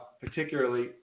particularly